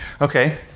Okay